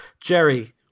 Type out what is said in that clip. Jerry